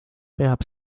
peab